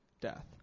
death